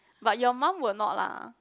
but your mum will not lah